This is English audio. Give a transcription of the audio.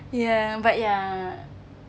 ya but ya